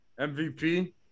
MVP